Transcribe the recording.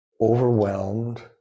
Overwhelmed